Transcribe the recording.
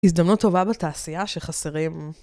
הזדמנות טובה בתעשייה שחסרים.